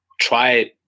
try